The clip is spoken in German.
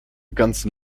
ganzen